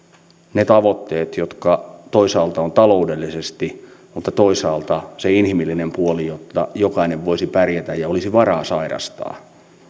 ne tavoitteet joita toisaalta on taloudellisesti mutta toisaalta saavutetaan se inhimillinen puoli jotta jokainen voisi pärjätä ja olisi varaa sairastaa